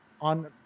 on